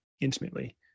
intimately